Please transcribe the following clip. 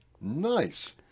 Nice